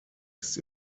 ist